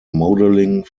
modelling